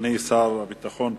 את אדוני השר לביטחון פנים.